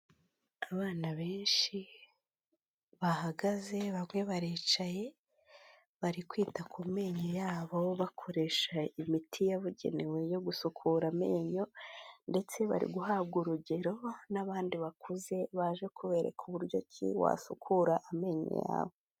Abana benshi bahagaze bamwe baricaye, bari kwita ku menyo yabo bakoresha imiti yabugenewe yo gusukura amenyo, ndetse bari guhabwa urugero n'abandi bakuze baje kubereka uburyo ki wasukura amenyo yawe.